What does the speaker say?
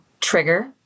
trigger